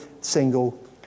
single